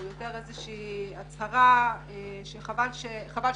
הוא יותר סוג של הצהרה שחבל שנעשתה,